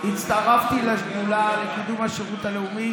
הצטרפתי לשדולה לקידום השירות הלאומי